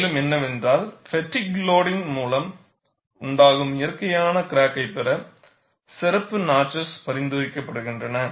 மேலும் என்னவென்றால் ஃப்பெட்டிக் லோடிங்கின் மூலம் உன்டாகும் இயற்கையான கிராக்கை பெற சிறப்பு நாட்ச்சஸ் பரிந்துரைக்கப்படுகின்றன